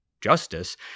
justice